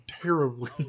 terribly